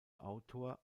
autor